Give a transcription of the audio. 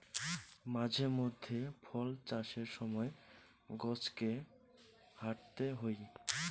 মাঝে মধ্যে ফল চাষের সময় গছকে ছাঁটতে হই